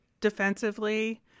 defensively